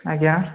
ଆଜ୍ଞା